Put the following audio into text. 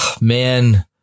man